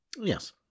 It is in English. Yes